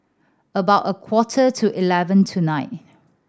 about a quarter to eleven tonight